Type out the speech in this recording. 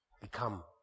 become